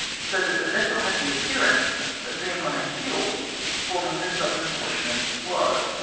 so that the vessel had the appearance of being on a hill forming the southern portion of the floe.